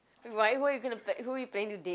why who are you gonna pla~ who you planning to date